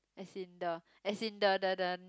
as in the as in the the the